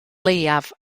leiaf